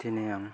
दिनै आं